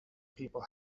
people